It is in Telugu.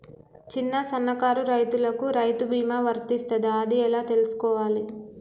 చిన్న సన్నకారు రైతులకు రైతు బీమా వర్తిస్తదా అది ఎలా తెలుసుకోవాలి?